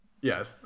yes